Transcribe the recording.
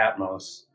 Atmos